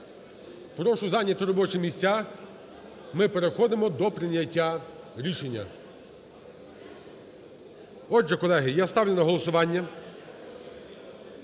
прошу зайняти робочі місця. Ми переходимо до прийняття рішення. Отже, колеги, я ставлю на голосування